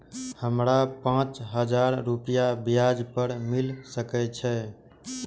हमरा पाँच हजार रुपया ब्याज पर मिल सके छे?